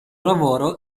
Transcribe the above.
lavoro